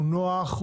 הוא נוח,